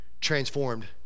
transformed